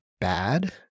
bad